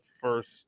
first